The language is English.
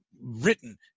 written